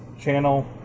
channel